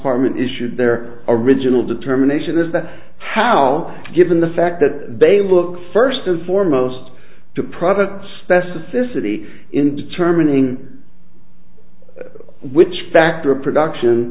department issued their original determination is that how given the fact that they look first and foremost to product specificity in determining which factor of production